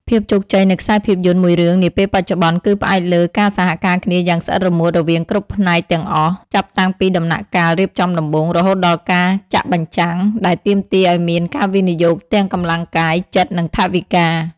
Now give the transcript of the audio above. ភាពជោគជ័យនៃខ្សែភាពយន្តមួយរឿងនាពេលបច្ចុប្បន្ន គឺផ្អែកទៅលើការសហការគ្នាយ៉ាងស្អិតរមួតរវាងគ្រប់ផ្នែកទាំងអស់ ចាប់តាំងពីដំណាក់កាលរៀបចំដំបូង រហូតដល់ការចាក់បញ្ចាំង ដែលទាមទារឱ្យមានការវិនិយោគទាំងកម្លាំងកាយ ចិត្ត និងថវិកា។